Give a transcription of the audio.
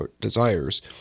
desires